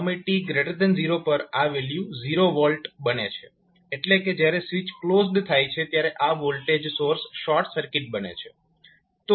સમય t0 પર આ વેલ્યુ 0 V બને છે એટલે કે જ્યારે સ્વીચ ક્લોઝડ થાય છે ત્યારે આ વોલ્ટેજ સોર્સ શોર્ટ સર્કિટ બને છે